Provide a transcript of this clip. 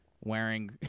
wearing